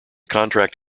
contract